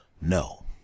no